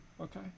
Okay